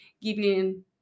giving